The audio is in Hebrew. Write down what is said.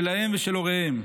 שלהם ושל הוריהם.